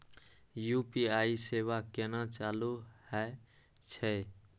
UPI सेवा केना चालू है छै?